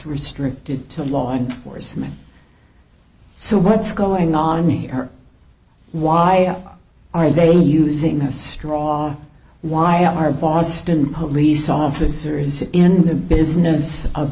restricted to law enforcement so what's going on here why are they using a straw why are boston police officers in the business of